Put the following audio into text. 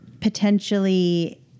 potentially